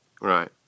Right